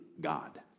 God